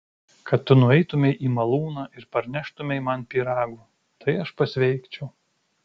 kad tu nueitumei į malūną ir parneštumei man pyragų tai aš pasveikčiau